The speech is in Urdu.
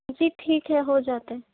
جی ٹھیک ہے ہو جاتا ہے